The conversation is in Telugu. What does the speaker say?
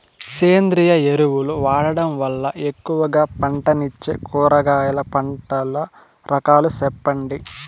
సేంద్రియ ఎరువులు వాడడం వల్ల ఎక్కువగా పంటనిచ్చే కూరగాయల పంటల రకాలు సెప్పండి?